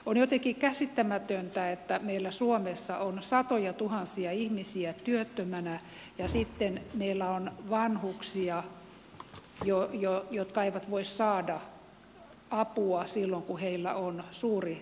on jotenkin käsittämätöntä että meillä suomessa on satojatuhansia ihmisiä työttömänä ja sitten meillä on vanhuksia jotka eivät voi saada apua silloin kun heillä on suuri avun tarve